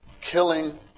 killing